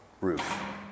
roof